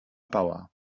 bauer